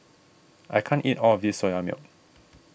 I can't eat all of this Soya Milk